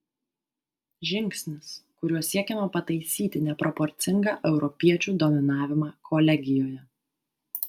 žingsnis kuriuo siekiama pataisyti neproporcingą europiečių dominavimą kolegijoje